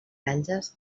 granges